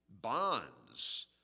Bonds